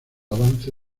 avance